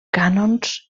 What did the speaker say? cànons